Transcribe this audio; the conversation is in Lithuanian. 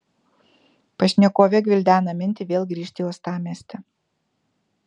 pašnekovė gvildena mintį vėl grįžti į uostamiestį